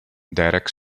derek